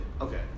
Okay